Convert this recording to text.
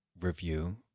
Review